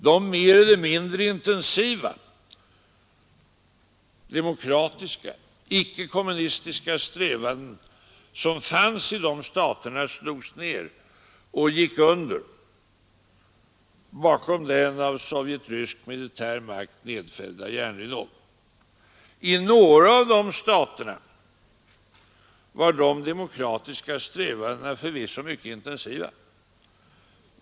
De mer eller mindre intensiva demokratiska ickekommunistiska strävanden som fanns i de staterna slogs ner och gick under bakom den av sovjetrysk militärmakt nedfällda järnridån. I några av de staterna var de demokratiska strävandena förvisso mycket intensiva.